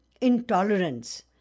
intolerance